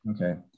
Okay